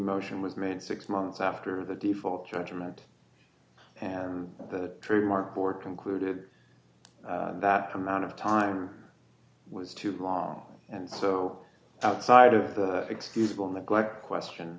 motion was made six months after the default judgment and the true mark were concluded that amount of time was too long and so outside of the excusable neglect question